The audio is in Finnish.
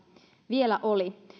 vielä oli